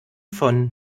von